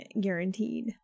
guaranteed